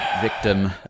victim